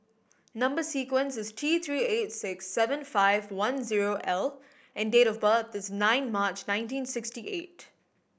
number sequence is T Three eight six seven five one zero L and date of birth is nine March nineteen sixty eight